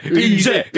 Easy